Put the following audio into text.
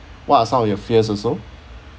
what are some of your fears also